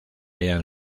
hayan